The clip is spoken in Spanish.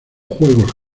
juegos